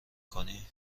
کنی